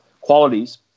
qualities